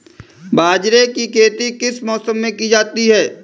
बाजरे की खेती किस मौसम में की जाती है?